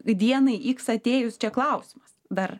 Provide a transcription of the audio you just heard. dienai iks atėjus čia klausimas dar